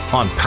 on